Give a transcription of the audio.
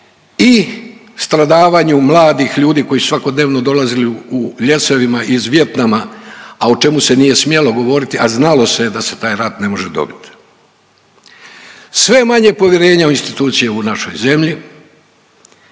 i stradavanju mladih ljudi koji su svakodnevno dolazili u ljesovima iz Vijetnama a o čemu se nije smjelo govoriti a znalo se je da se taj rat ne može dobiti. Sve je manje povjerenja u institucije u našoj zemlji